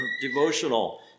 devotional